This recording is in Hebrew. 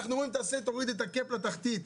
אנחנו אומרים שתוריד את הקאפ לתחתית,